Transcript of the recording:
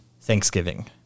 Thanksgiving